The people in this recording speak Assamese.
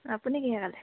আপুনি কিহেৰে খালে